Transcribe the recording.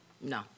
No